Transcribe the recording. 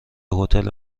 هتل